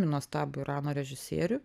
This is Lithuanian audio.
nuostabų irano režisierių